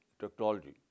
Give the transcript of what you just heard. technology